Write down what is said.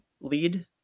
lead